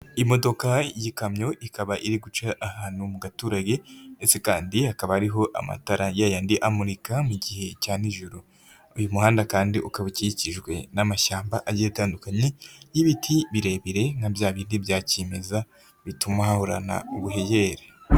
Imodoka y'ikamyo ikaba iri guca ahantu mu gaturage, ndetse kandi hakakaba ariho amatara yayandi amurika mu gihe cya nijoro, uyu muhanda kandi ukaba ukikijwe n'amashyamba agiye atandukanye y'ibiti birebire nka bya bindi bya kimeza, bituma hahorana ubuheherere.